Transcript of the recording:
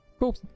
cool